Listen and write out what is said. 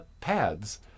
pads